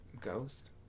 Ghost